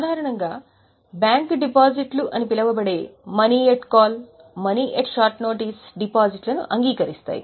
సాధారణంగా బ్యాంకులు డిపాజిట్లు అని పిలువబడే money at call money at short notice డిపాజిట్లను అంగీకరిస్తాయి